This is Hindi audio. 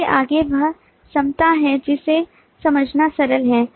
इसके आगे वह समता है जिसे समझना सरल है